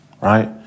right